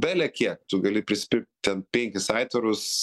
belekiek tu gali prispirkt ten penkis aitvarus